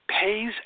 Pays